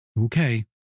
Okay